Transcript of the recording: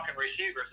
receivers